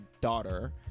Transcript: daughter